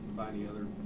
by the other?